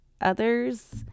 others